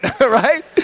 right